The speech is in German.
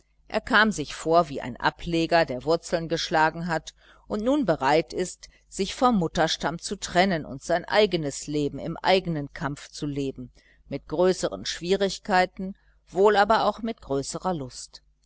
er kam sich vor wie ein ableger der wurzeln geschlagen hat und nun bereit ist sich vom mutterstamm zu trennen und sein eigenes leben im eigenen kampf zu leben mit größeren schwierigkeiten wohl aber auch mit größerer lust